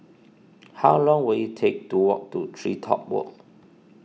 how long will it take to walk to TreeTop Walk